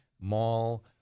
Mall